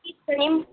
कि सेम